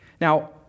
Now